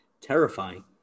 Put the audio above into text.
terrifying